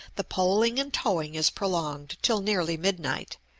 the poling and towing is prolonged till nearly midnight,